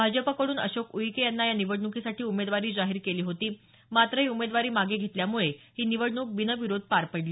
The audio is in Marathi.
भाजपकडून अशोक उईके यांना या निवडणुकीसाठी उमेदवारी जाहीर केली होती मात्र ही उमेदवारी मागे घेतल्यामुळे ही निवडणूक बिनविरोध पार पडली